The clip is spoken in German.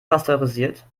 pasteurisiert